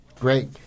Great